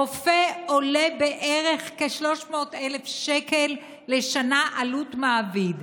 רופא עולה בערך כ-300,000 שקל לשנה, עלות מעביד.